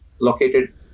located